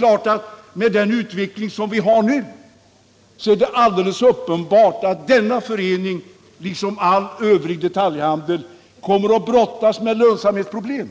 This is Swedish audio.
Men med den utveckling som vi har nu är det uppenbart att denna förening, liksom all övrig detaljhandel, kommer att få brottas med lönsamhetsproblem,